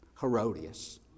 Herodias